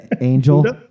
angel